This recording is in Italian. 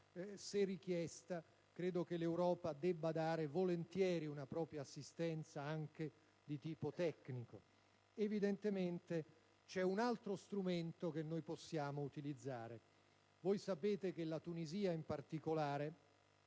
se richiesta, credo che l'Europa debba fornire volentieri la propria assistenza anche di tipo tecnico. Evidentemente, vi è un altro strumento che possiamo utilizzare: com'è noto, la Tunisia, in particolare,